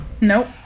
Nope